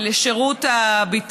המיועדת לשירות הביטחון,